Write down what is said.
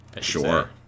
Sure